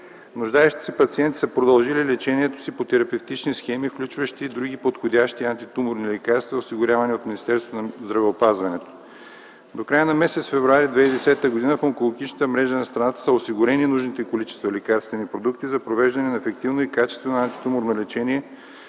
Нуждаещите се пациенти са продължили лечението си по терапевтични схеми, включващи други подходящи антитуморни лекарства, осигурявани от Министерството на здравеопазването. До края на м. февруари 2010 г. в онкологичната мрежа на страната са осигурени нужните количества лекарствени продукти за провеждане на ефективно и качествено антитуморно лечение